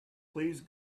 please